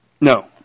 No